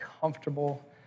comfortable